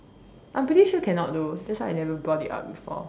I'm pretty sure cannot though that's why I never brought it up before